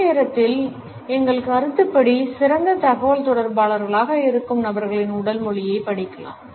அதே நேரத்தில் எங்கள் கருத்துப்படி சிறந்த தகவல்தொடர்பாளர்களாக இருக்கும் நபர்களின் உடல் மொழியைப் படிக்கலாம்